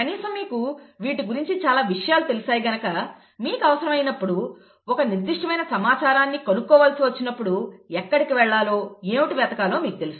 కనీసం మీకు వీటి గురించి చాలా విషయాలు తెలిశాయి గనుక మీకు అవసరం అయినప్పుడు ఒక నిర్దిష్టమైన సమాచారాన్ని కనుక్కోవలసి వచ్చినప్పుడు ఎక్కడికి వెళ్లాలో ఏమిటి వెతకాలో మీకు తెలుసు